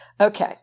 Okay